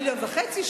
מיליון וחצי?